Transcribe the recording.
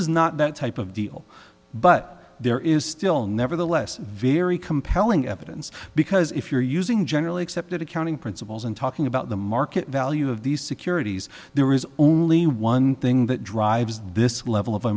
is not that type of deal but there is still nevertheless very compelling evidence because if you're using generally accepted accounting principles and talking about the market value of these securities there is only one thing that drives this level of a